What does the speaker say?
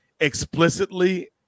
explicitly